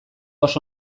oso